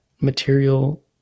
material